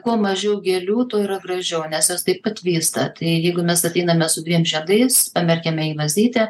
kuo mažiau gėlių tuo yra gražiau nes jos taip pat vysta tai jeigu mes ateiname su dviem žiedais pamerkiame į vazytę